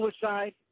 suicide